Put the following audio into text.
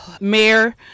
mayor